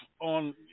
on